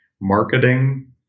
marketing